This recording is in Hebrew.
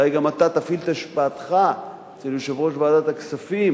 אולי גם אתה תפעיל את השפעתך אצל יושב-ראש ועדת הכספים